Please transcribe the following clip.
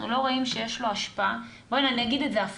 לא רואים שיש לו השפעה בוא נגיד את זה הפוך,